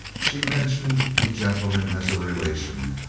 she mentioned the gentleman as a relation,